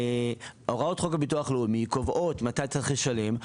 הוראות חוק הביטוח הלאומי קובעות מתי צריך לשלם.